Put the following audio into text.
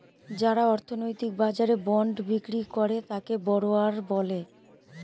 যারা অর্থনৈতিক বাজারে বন্ড বিক্রি করে তাকে বড়োয়ার বলে